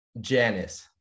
Janice